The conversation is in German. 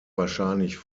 wahrscheinlich